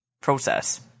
process